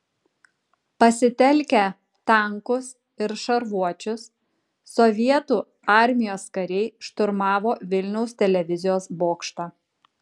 pasitelkę tankus ir šarvuočius sovietų armijos kariai šturmavo vilniaus televizijos bokštą